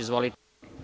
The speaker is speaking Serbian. Izvolite.